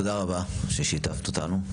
תודה רבה ששיתפת אותנו.